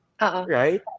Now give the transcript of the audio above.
Right